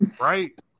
right